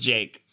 Jake